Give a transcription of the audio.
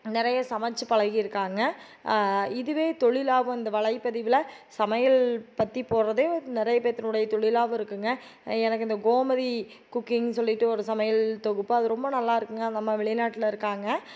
நிறைய சமைத்து பழகியிருக்காங்க இதுவே தொழிலா வந்து வலைப்பதிவில் சமையல் பற்றி போடுறதே நிறைய பேத்தினுடைய தொழிலாக இருக்குதுங்க எனக்கு இந்த கோமதி குக்கிங்குன்னு சொல்லிட்டு ஒரு சமையல் தொகுப்பு அது ரொம்ப நல்லாயிருக்குங்க அந்த அம்மா வெளிநாட்டில் இருக்காங்க